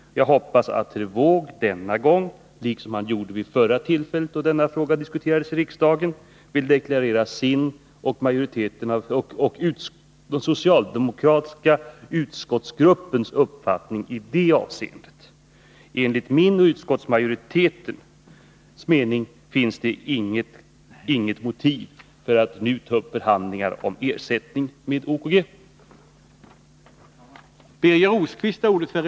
Jag hoppas att herr Wååg denna gång, liksom han gjorde vid förra tillfället då denna fråga diskuterades i riksdagen, vill deklarera sin och den socialdemokratiska utskottsgruppens uppfattning i det avseendet. Enligt min och utskottsmajoritetens mening finns det inget motiv för att nu ta upp förhandlingar med OKG om ersättning.